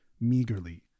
meagerly